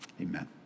amen